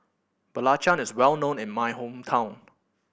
belacan is well known in my hometown